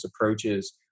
approaches